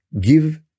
give